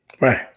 right